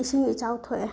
ꯏꯁꯤꯡ ꯏꯆꯥꯎ ꯊꯣꯛꯑꯦ